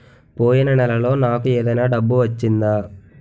పోయిన నెలలో నాకు ఏదైనా డబ్బు వచ్చిందా?